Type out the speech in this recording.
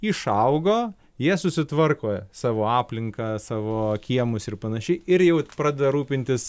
išaugo jie susitvarko savo aplinką savo kiemus ir panašiai ir jau pradeda rūpintis